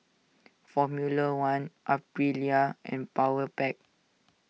Formula one Aprilia and Powerpac